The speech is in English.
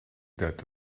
that